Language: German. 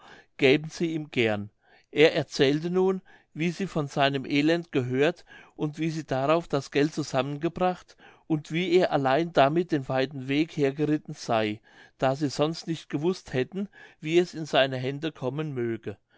gäben sie ihm gern er erzählte nun wie sie von seinem elend gehört und wie sie darauf das geld zusammen gebracht und wie er allein damit den weiten weg hergeritten sey da sie sonst nicht gewußt hätten wie es in seine hände kommen möge